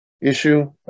issue